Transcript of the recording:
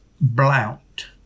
Blount